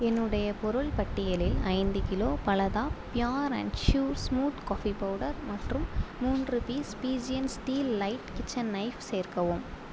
என்னுடைய பொருள் பட்டியலில் ஐந்து kilo Palada pure and sure smooth coffee powder மற்றும் மூன்று piece Pigeon steel elite kitchen knife சேர்க்கவும்